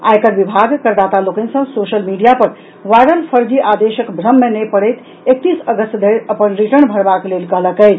आयकर विभाग करदाता लोकनि सॅ सोशल मीडिया पर वायरल फर्जी आदेशक भ्रम मे नहि पड़ैत एकतीस अगस्त धरि अपन रिटर्न भरबाक लेल कहलक अछि